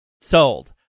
sold